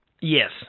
Yes